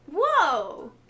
Whoa